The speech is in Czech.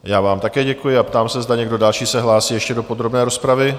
Já vám také děkuji a ptám se, zda někdo další se hlásí ještě do podrobné rozpravy?